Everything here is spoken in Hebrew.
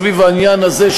סביב העניין הזה,